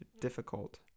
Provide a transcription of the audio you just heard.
difficult